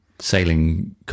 sailing